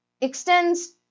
extends